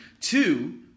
Two